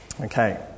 Okay